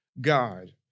God